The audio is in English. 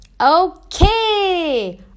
Okay